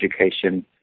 education